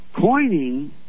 coining